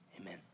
Amen